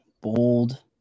Bold